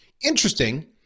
Interesting